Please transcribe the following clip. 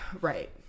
right